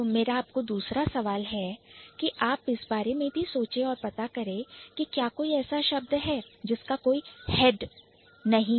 मेरा आपको दूसरा सवाल है कि आप इस बारे में भी सोचे या पता करें कि क्या कोई ऐसा शब्द है जिसका कोई Head हेड नहीं है